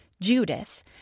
Judas